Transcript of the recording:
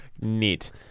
Neat